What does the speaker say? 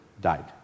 died